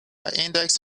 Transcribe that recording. index